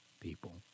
people